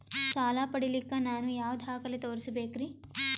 ಸಾಲ ಪಡಿಲಿಕ್ಕ ನಾನು ಯಾವ ದಾಖಲೆ ತೋರಿಸಬೇಕರಿ?